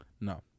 No